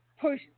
push